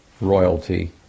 royalty